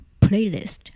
playlist